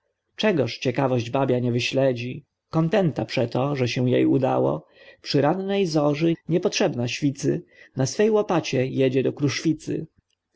czegoż ciekawość babia nie wyśledzi kontenta przeto że się jej udało przy rannej zorzy niepotrzebna świcy na swej łopacie jedzie do kruszwicy